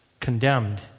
condemned